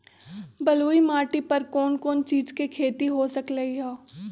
बलुई माटी पर कोन कोन चीज के खेती हो सकलई ह?